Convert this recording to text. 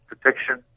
protection